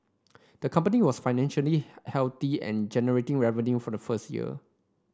the company was financially healthy and generating revenue from the first year